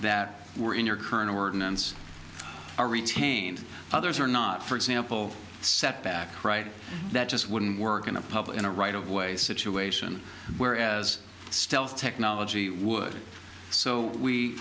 that were in your current ordinance are retained others are not for example set back right that just wouldn't work in the public in a right of way situation whereas stealth technology would so we